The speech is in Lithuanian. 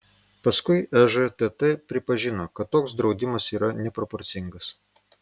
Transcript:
paskui ežtt pripažino kad toks draudimas yra neproporcingas